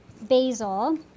basil